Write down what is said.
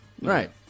right